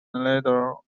laredo